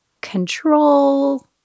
control